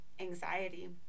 anxiety